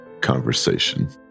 conversation